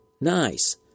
Nice